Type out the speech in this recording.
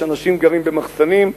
שאנשים גרים במחסנים,